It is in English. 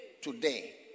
today